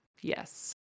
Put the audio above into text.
Yes